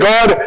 God